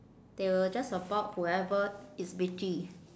they will just support whoever is bitchy